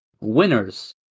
winners